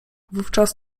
wówczas